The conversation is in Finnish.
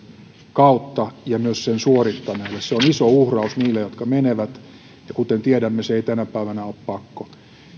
kautta ja myös sen suorittaneille se on iso uhraus niille jotka menevät ja kuten tiedämme se ei tänä päivänä ole pakko